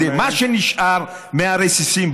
מה שנשאר מהרסיסים,